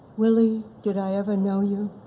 willi, did i ever know you?